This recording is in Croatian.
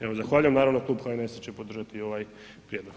Evo zahvaljujem, naravno Klub HNS-a će podržati ovaj prijedlog.